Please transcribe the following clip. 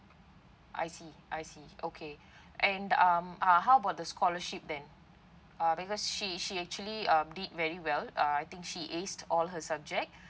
I see I see okay and um uh how about the scholarship then uh because she she actually um did very well uh I think she aced all her subject